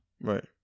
Right